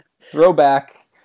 Throwback